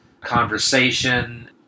conversation